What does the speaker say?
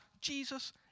Jesus